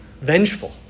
vengeful